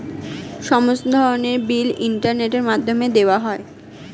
সমস্ত ধরনের বিল ইন্টারনেটের মাধ্যমে দেওয়া যায়